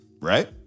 right